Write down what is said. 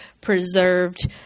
preserved